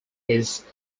his